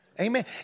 Amen